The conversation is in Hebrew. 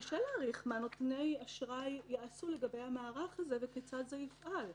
קשה להעריך מה נותני האשראי יעשו לגבי המערך הזה וכיצד זה יפעל.